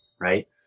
right